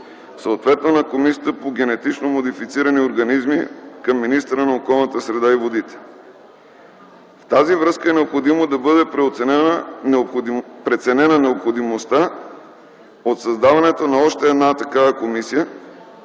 съответно на комисията по генетично модифицирани организми към министъра на околната среда и водите. В тази връзка е необходимо да бъде преценена необходимостта от създаването на още една такава комисия